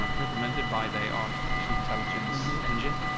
um recommended by the artificial intelligence engine.